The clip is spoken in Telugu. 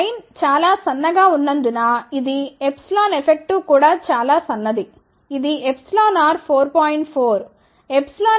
లైన్ చాలా సన్నగా ఉన్నందున ఇది ε ఎఫెక్టివ్ కూడా చాలా చిన్నది ఇది r 4